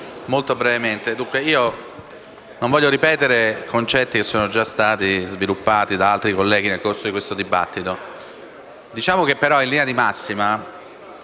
Grazie